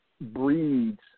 breeds